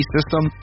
System